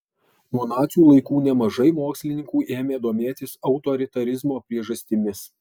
nuo nacių laikų nemažai mokslininkų ėmė domėtis autoritarizmo priežastimis